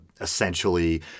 essentially